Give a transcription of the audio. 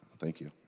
thank you.